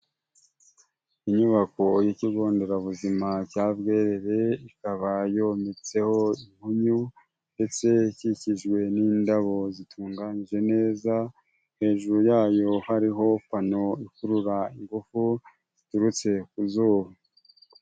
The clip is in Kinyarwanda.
Inyubako y'ikigo nderabuzima cya Bwerere, ikaba yometseho inkuyu ndetse ikikijwe n'indabo zitunganyije neza, hejuru yayo hariho pano ikurura ingufu ziturutse ku zuba.